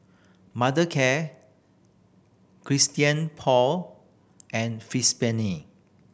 Mothercare Christian Paul and Fristine